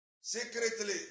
secretly